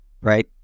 Right